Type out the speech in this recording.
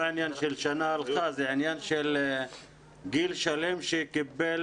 עניין של שנה שהלכה אלא זה עניין של גיל שלם שקיבל